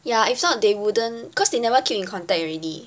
ya if not they wouldn't cause they never keep in contact already